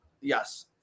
Yes